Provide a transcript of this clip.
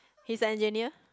he is an engineer